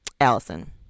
Allison